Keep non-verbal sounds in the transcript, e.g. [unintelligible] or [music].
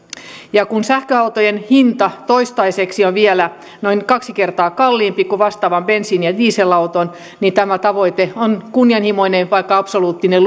kun sähköauton hinta toistaiseksi on vielä noin kaksi kertaa kalliimpi kuin vastaavan bensiini ja dieselauton niin tämä tavoite on kunnianhimoinen vaikka absoluuttinen [unintelligible]